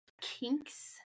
kinks